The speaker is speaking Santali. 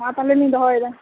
ᱢᱟ ᱛᱟᱦᱚᱞᱮᱞᱤᱧ ᱫᱚᱦᱚᱭᱮᱫᱟ